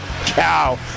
cow